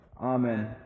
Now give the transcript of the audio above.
Amen